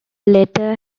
latter